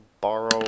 borrow